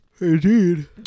Indeed